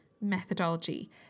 methodology